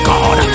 God